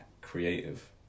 creative